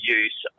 use